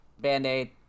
band-aid